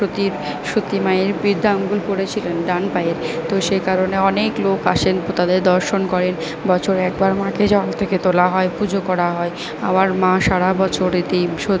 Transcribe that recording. সতী সতী মায়ের বৃদ্ধা আঙুল পড়েছিলেন ডান পায়ের তো সে কারণে অনেক লোক আসেন তাদের দর্শন করেন বছরে একবার মাকে জল থেকে তোলা হয় পুজো করা হয় আবার মা সারা বছর